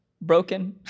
Broken